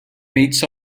meets